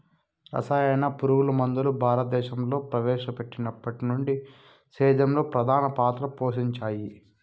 రసాయన పురుగుమందులు భారతదేశంలో ప్రవేశపెట్టినప్పటి నుండి సేద్యంలో ప్రధాన పాత్ర పోషించాయి